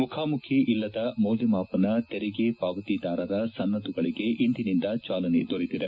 ಮುಖಾಮುಖಿ ಇಲ್ಲದ ಮೌಲ್ಯಮಾಪನ ತೆರಿಗೆ ಪಾವತಿದಾರರ ಸನ್ನದ್ದುಗಳಿಗೆ ಇಂದಿನಿಂದ ಜಾಲನೆ ದೊರೆತಿದೆ